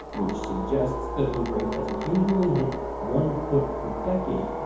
which suggests that the rate has occasionally hit one foot per decade.